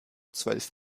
zwölf